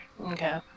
Okay